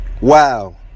Wow